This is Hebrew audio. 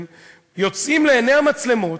יוצאים לעיני המצלמות,